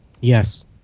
Yes